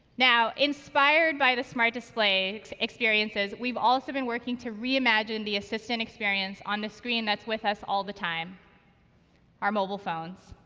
now, inspired by the smart display experiences, we've also been working to reimagine the assistant experience on the screen that's with us all the time our mobile phones.